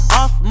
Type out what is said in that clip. off